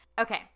Okay